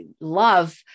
love